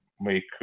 make